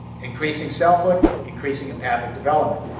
increasing selfhood, increasing empathic development.